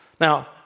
Now